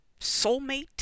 soulmate